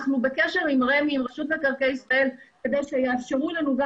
אנחנו בקשר עם רמ"י כדי שיאפשרו לנו גם